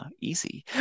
easy